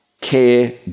care